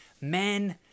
Men